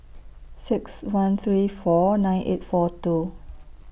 six one three four nine eight four two